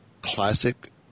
classic